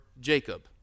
Jacob